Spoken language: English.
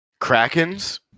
Krakens